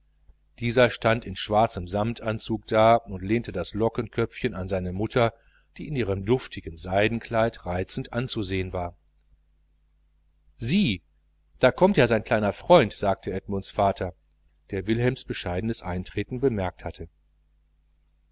dieser stand in schneeweißem anzug da und lehnte das lockenköpfchen an seine mutter die in ihrem duftigen seidenkleid reizend anzusehen war sieh da kommt dein kleiner freund sagte edmunds vater der wilhelms bescheidenes eintreten bemerkt hatte